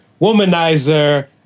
womanizer